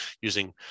using